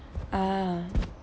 ah